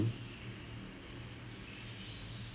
it was okay um